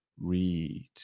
Read